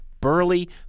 burly